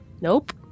Nope